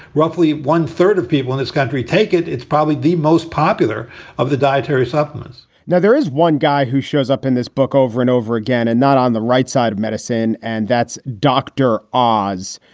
roughly one third of people in this country take it. it's probably the most popular of the dietary supplements now, there is one guy who shows up in this book over and over again and not on the right side of medicine. and that's dr. oz.